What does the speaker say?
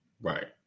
Right